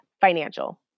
financial